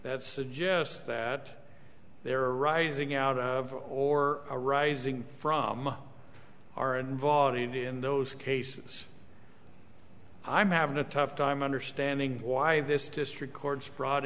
that suggests that there are arising out of or arising from are involved in those cases i'm having a tough time understanding why this district court's bro